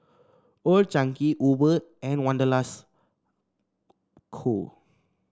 Old Chang Kee Uber and Wanderlust Co